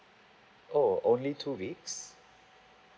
oh only two weeks